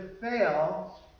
fail